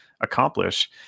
accomplish